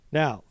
now